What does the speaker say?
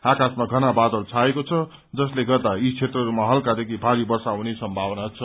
आकाशमा घना बादल छाएको छ जसले गर्दा यी क्षेत्रहरूमा हल्कादेखि भारी वर्षा हुने सम्भावना छ